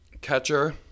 catcher